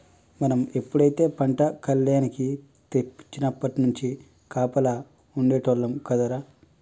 మనం ఎప్పుడైతే పంట కల్లేనికి తెచ్చినప్పట్నుంచి కాపలా ఉండేటోల్లం కదరా